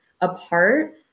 apart